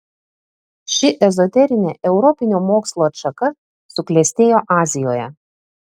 ši ezoterinė europinio mokslo atšaka suklestėjo azijoje